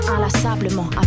inlassablement